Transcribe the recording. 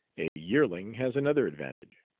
a yearling has another advantage.